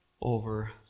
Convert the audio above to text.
over